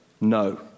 no